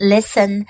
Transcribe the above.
?Listen